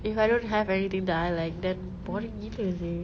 if I don't have anything that I like then boring gila seh